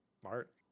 smart